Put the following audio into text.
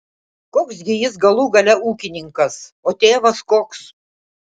koks gi jis galų gale ūkininkas o tėvas koks